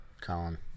Colin